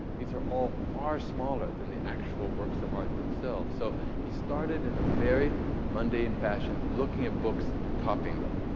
these are all far smaller than the actual works of art themselves. so he started in a very mundane fashion, looking at books and copying them.